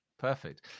Perfect